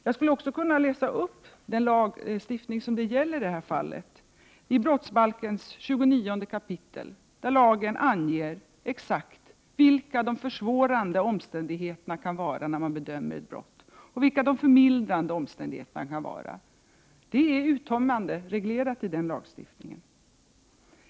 Jag skulle också kunna läsa upp den lagstiftning i brottsbalkens 29 kap. som det i detta fall gäller. Där anges exakt vilka de försvårande och förmildrande omständigheterna kan vara när man bedömer ett brott. Det är uttömmande reglerat i denna lagstiftning.